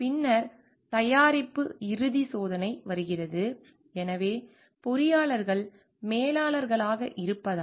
பின்னர் தயாரிப்பு இறுதி சோதனை வருகிறது எனவே பொறியாளர்கள் மேலாளர்களாக இருப்பதால்